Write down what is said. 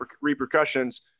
repercussions